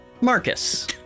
Marcus